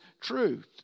truth